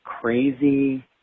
crazy